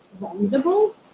vulnerable